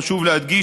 חשוב להדגיש,